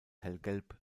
hellgelb